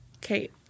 Kate